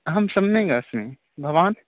अहं सम्यगस्मि भवान्